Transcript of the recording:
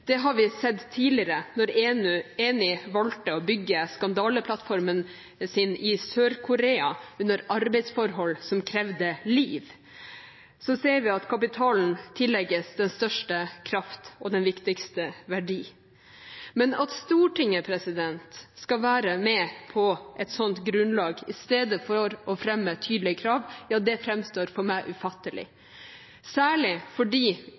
det har vi sett tidligere da Eni valgte å bygge skandaleplattformen sin i Sør-Korea under arbeidsforhold som krevde liv. Så ser vi at kapitalen tillegges den største kraft og den viktigste verdi. Men at Stortinget skal være med på et sånt grunnlag istedenfor å fremme tydelige krav, framstår for meg ufattelig, særlig fordi